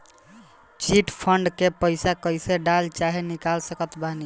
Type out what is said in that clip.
Chit fund मे पईसा कईसे डाल चाहे निकाल सकत बानी?